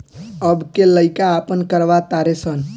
अब के लइका आपन करवा तारे सन